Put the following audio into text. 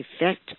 effect